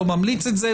לא ממליץ את זה,